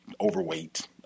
overweight